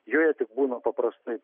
joje tik būna paprastai